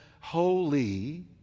holy